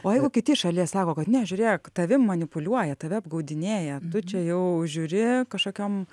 o jeigu kiti iš šalies sako kad ne žiūrėk tavim manipuliuoja tave apgaudinėja tu čia jau žiūri kažkokiom